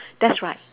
that's right